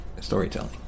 storytelling